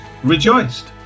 rejoiced